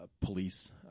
police